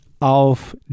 auf